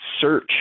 search